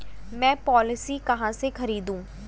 मैं पॉलिसी कहाँ से खरीदूं?